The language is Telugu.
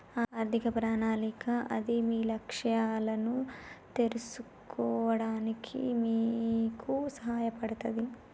ఆర్థిక ప్రణాళిక అది మీ లక్ష్యాలను చేరుకోవడానికి మీకు సహాయపడతది